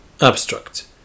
Abstract